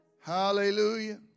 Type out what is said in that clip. Hallelujah